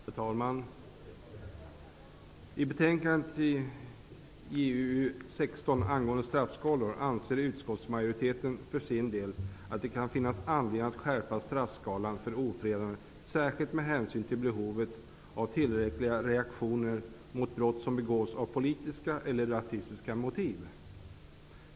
Herr talman! I betänkandet JuU16 angående straffskalor anser utskottsmajoriteten för sin del att det kan finnas anledning att skärpa straffskalan för ofredande, särskilt med hänsyn till behovet av tillräckliga reaktioner mot brott som begås med politiska eller rasistiska motiv.